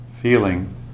Feeling